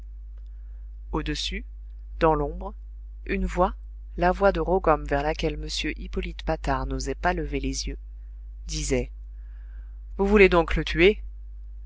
au-dessus dans l'ombre une voix la voix de rogomme vers laquelle m hippolyte patard n'osait pas lever les yeux disait vous voulez donc le tuer